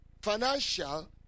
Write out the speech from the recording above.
financial